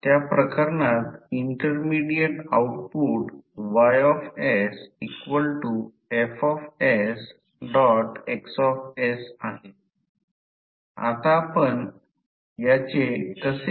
म्हणून जेव्हा केव्हा आता इथे समजून घ्यावे लागेल की मी हे 1 ते 90° फिरवू शकत नाही मी सांगेन की पहिली गोष्ट म्हणजे हा लिकेज फ्लक्स भाग देखील सोडवला जातो आणि नंतर हा मीन फ्लक्स पाथ आहे